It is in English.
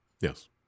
Yes